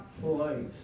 place